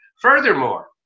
Furthermore